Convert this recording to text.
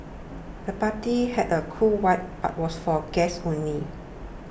the party had a cool vibe but was for guests only